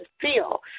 feel